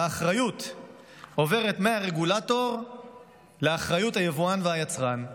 והאחריות עוברת מהרגולטור ליבואן והיצרן.